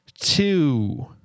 Two